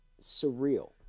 surreal